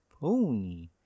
pony